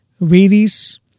varies